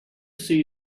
see